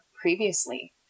previously